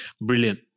brilliant